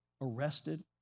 arrested